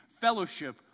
fellowship